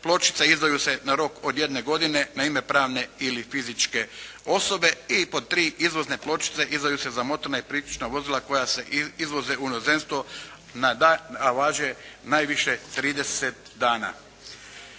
pločice izdaju se na rok od jedne godine na ime pravne ili fizičke osobe. I pod tri, izvozne pločice izdaju se za motorna i priključna vozila koja se izvoze u inozemstvo a važe najviše trideset